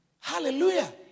Hallelujah